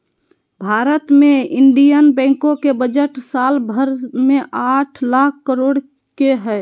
भारत मे इन्डियन बैंको के बजट साल भर मे आठ लाख करोड के हय